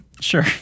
Sure